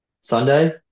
Sunday